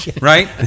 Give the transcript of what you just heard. right